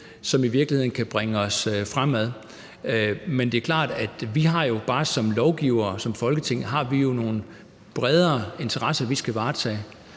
som i virkeligheden kan bringe os fremad. Men det er klart, at vi som lovgivere og som Folketing bare har nogle bredere interesser, vi skal varetage.